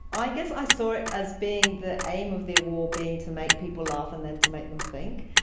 i guess i saw it as being the aim of the award being to make people laugh and then to make them think,